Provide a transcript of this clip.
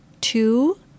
two